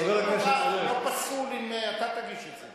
שום דבר אינו פסול אם אתה תגיש את זה.